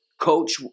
coach